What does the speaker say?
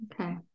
Okay